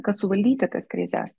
kad suvaldyti tas krizes